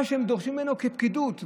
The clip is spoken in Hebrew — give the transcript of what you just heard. מה שהם דורשים ממנו, פקידות.